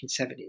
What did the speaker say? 1970s